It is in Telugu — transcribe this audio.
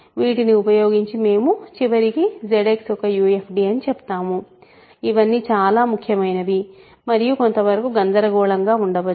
వీటిని ఉపయోగించి మేము చివరికి ZX ఒక UFD అని చెప్తాము ఇవన్నీ చాలా ముఖ్యమైనవి మరియు కొంతవరకు గందరగోళంగా ఉండవచ్చు